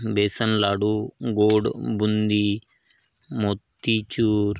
बेसन लाडू गोड बुंदी मोतीचूर